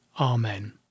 Amen